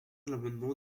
l’amendement